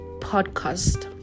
podcast